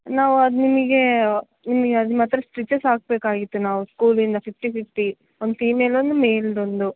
ನಾವು ಅದು ನಿಮಗೆ ನಿಮ್ಗೆ ಅದು ಮಾತ್ರ ಸ್ಟಿಚಸ್ ಹಾಕಬೇಕಿತ್ತು ನಾವು ಸ್ಕೂಲಿಂದ ಫಿಫ್ಟಿ ಫಿಫ್ಟಿ ಒಂದು ಫೀಮೇಲ್ ಒಂದು ಮೇಲ್ದು ಒಂದು